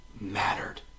mattered